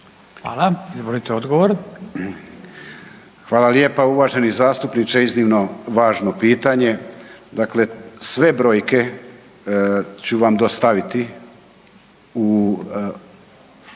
Tomo (HDZ)** Hvala lijepa, uvaženi zastupniče. Iznimno važno pitanje, dakle, sve brojke ću vam dostaviti sa